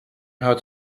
how